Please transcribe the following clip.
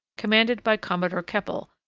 commanded by commodore keppel,